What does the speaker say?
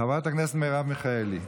חברת הכנסת מרב מיכאלי,